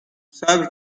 صبر